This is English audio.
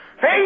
Hey